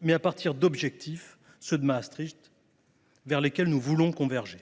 mais à partir d’objectifs, ceux de Maastricht, vers lesquels nous entendons converger.